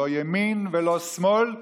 לא ימין ולא שמאל.